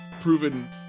proven